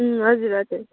हजुर हजुर